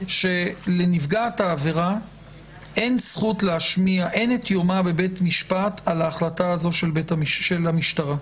שלנפגעת העבירה אין את יומה בבית משפט על ההחלטה הזאת של הפרקליטות.